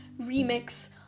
remix